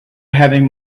having